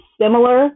similar